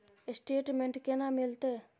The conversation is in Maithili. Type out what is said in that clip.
स्टेटमेंट केना मिलते?